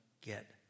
get